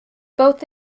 both